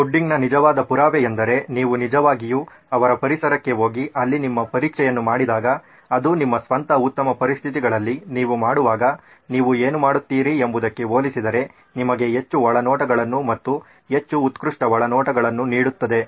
ಪುಡಿಂಗ್ನ ನಿಜವಾದ ಪುರಾವೆ ಎಂದರೆ ನೀವು ನಿಜವಾಗಿಯೂ ಅವರ ಪರಿಸರಕ್ಕೆ ಹೋಗಿ ಅಲ್ಲಿ ನಿಮ್ಮ ಪರೀಕ್ಷೆಯನ್ನು ಮಾಡಿದಾಗ ಅದು ನಿಮ್ಮ ಸ್ವಂತ ಉತ್ತಮ ಪರಿಸ್ಥಿತಿಗಳಲ್ಲಿ ನೀವು ಮಾಡುವಾಗ ನೀವು ಏನು ಮಾಡುತ್ತೀರಿ ಎಂಬುದಕ್ಕೆ ಹೋಲಿಸಿದರೆ ನಿಮಗೆ ಹೆಚ್ಚು ಒಳನೋಟಗಳನ್ನು ಮತ್ತು ಹೆಚ್ಚು ಉತ್ಕೃಷ್ಟ ಒಳನೋಟಗಳನ್ನು ನೀಡುತ್ತದೆ